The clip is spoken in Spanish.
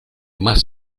más